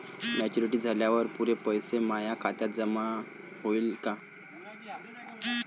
Maturity झाल्यावर पुरे पैसे माया खात्यावर जमा होईन का?